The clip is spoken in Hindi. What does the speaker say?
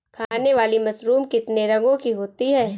खाने वाली मशरूम कितने रंगों की होती है?